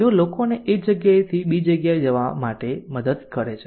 તેઓ લોકોને એક જગ્યાએથી બીજી જગ્યાએ જવા માટે મદદ કરે છે